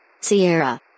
Sierra